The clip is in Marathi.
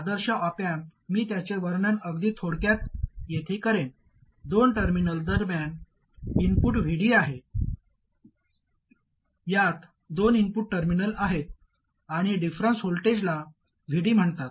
आदर्श ऑप अँप मी याचे वर्णन अगदी थोडक्यात येथे करेन दोन टर्मिनल दरम्यान इनपुट Vd आहे यात दोन इनपुट टर्मिनल आहेत आणि डिफरंन्स व्होल्टेजला Vd म्हणतात